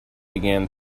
began